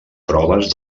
proves